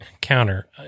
counter